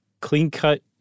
clean-cut